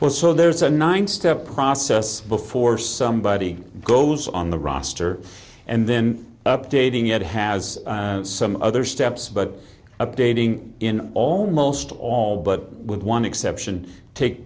for so there's a nine step process before somebody goes on the roster and then updating it has some other steps but updating in almost all but with one exception take